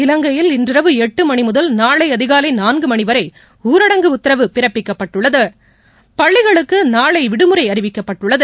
இலங்கையில் இன்று இரவு எட்டு மணி முதல் நாளை அதிகாலை நான்கு மணி வரை ஊரடங்கு உத்தரவு பிறப்பிக்கப்பட்டுள்ளது பள்ளிகளுக்கு நாளை விடுமுறை அறிவிக்கப்பட்டுள்ளது